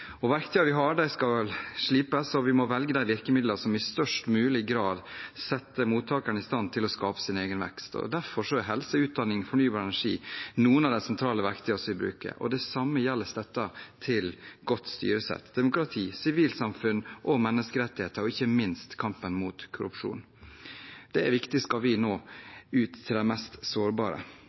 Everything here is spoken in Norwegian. vi har, skal slipes, og vi må velge de virkemidlene som i størst mulig grad setter mottakeren i stand til å skape sin egen vekst. Derfor er helse, utdanning og fornybar energi noen av de sentrale verktøyene som vi bruker. Det samme gjelder støtten til godt styresett, demokrati, sivilt samfunn og menneskerettigheter – og ikke minst kampen mot korrupsjon. Det er viktig dersom vi skal nå ut til de mest sårbare.